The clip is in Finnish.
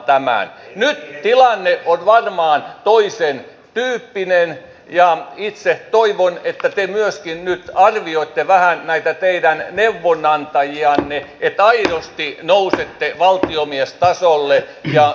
nyt tilanne on varmaan toisen tyyppinen ja itse toivon että te myöskin nyt arvioitte vähän näitä teidän neuvonantajianne että aidosti nousette valtiomiestasolle ja irrotatte tämän